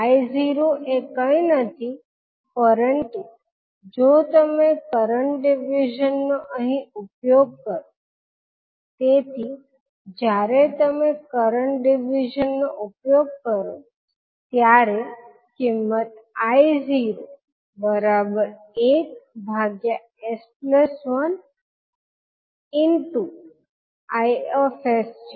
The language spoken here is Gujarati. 𝐼0 એ કંઈ નથી પરંતુ જો તમે કરંટ ડીવીઝન નો અહીં ઉપયોગ કરો તેથી જ્યારે તમે કરંટ ડીવીઝનનો ઉપયોગ કરો ત્યારે કિંમત I01s1Is છે